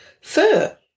fur